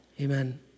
Amen